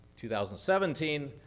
2017